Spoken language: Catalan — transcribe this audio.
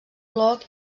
bloc